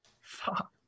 Fuck